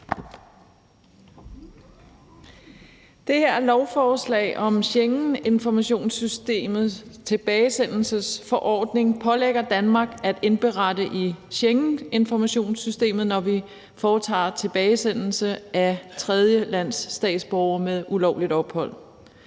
Det her lovforslag om Schengeninformationssystemets tilbagesendelsesforordning pålægger Danmark at indberette det i Schengeninformationssystemet, når vi foretager tilbagesendelse af tredjelandsstatsborgere med ulovligt ophold.